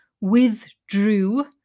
withdrew